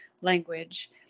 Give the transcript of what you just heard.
language